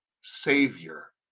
Savior